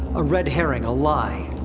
a red herring, a lie.